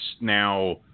now